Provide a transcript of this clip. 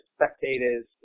spectators